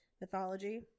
mythology